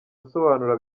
asobanura